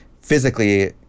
physically